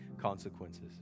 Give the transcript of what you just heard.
consequences